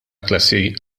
klassi